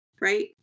Right